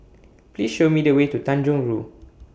Please Show Me The Way to Tanjong Rhu